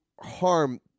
harm